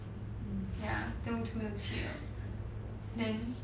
ya then 我就没有去了 then